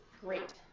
great